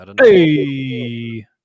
Hey